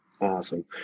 awesome